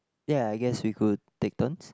ya I guess we could take turns